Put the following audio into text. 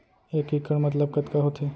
एक इक्कड़ मतलब कतका होथे?